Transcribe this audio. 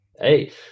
Hey